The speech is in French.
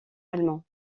allemands